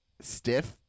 stiff